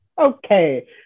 Okay